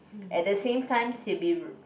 at the same time he'll be